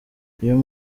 uyu